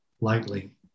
lightly